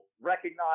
recognize